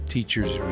Teachers